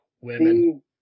women